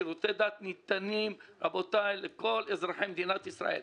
שירותי דת ניתנים לכל אזרחי מדינת ישראל.